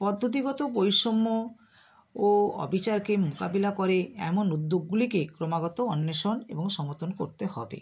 পদ্ধতিগত বৈষম্য ও অবিচারকে মোকাবিলা করে এমন উদ্যোগগুলিকে ক্রমাগত অন্বেষণ এবং সমর্থন করতে হবে